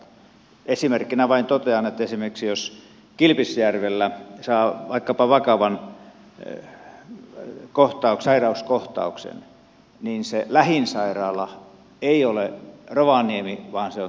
esimerkkinä vain totean että jos kilpisjärvellä saa vaikkapa vakavan sairauskohtauksen niin se lähin sairaala ei ole rovaniemi vaan se on tromssa